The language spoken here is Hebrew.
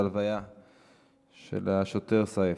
בהלוויה של השוטר סייף,